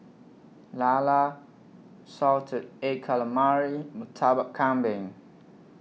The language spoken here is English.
Lala Salted Egg Calamari Murtabak Kambing